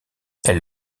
elle